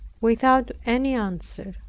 without any answer.